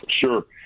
Sure